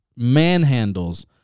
manhandles